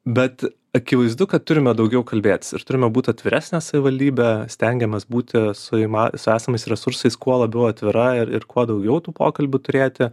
bet akivaizdu kad turime daugiau kalbėtis ir turime būt atviresne savivaldybe stengiamės būti su ima su esamais resursais kuo labiau atvira ir ir kuo daugiau tų pokalbių turėti